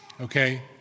okay